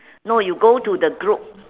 no you go to the group